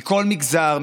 מכל מגזר,